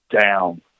down